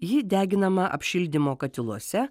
ji deginama apšildymo katiluose